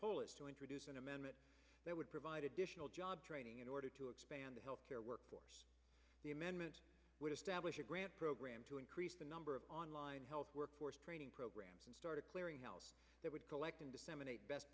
polis to introduce an amendment that would provide additional job training in order to expand the health care workforce the amendment would establish a grant program to increase the number of online health workforce training programs and start a clearinghouse that would collect and disseminate best